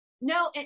No